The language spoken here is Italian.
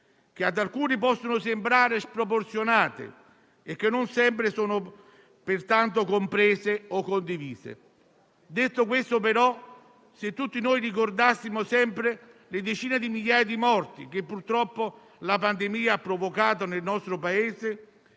che ad alcuni possono sembrare sproporzionate e che, pertanto, non sempre sono comprese o condivise. Detto questo, però, se tutti ricordassimo sempre le decine di migliaia di morti che purtroppo la pandemia ha provocato nel nostro Paese